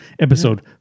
episode